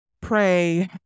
pray